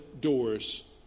doors